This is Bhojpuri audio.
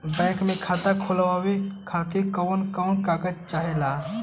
बैंक मे खाता खोलवावे खातिर कवन कवन कागज चाहेला?